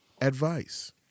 Advice